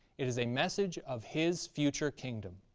it is a message of his future kingdom.